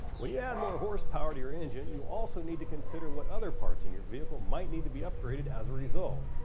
when you add more horsepower to your engine you also need to consider what other parts on and your vehicle might need to be upgraded as a result.